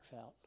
out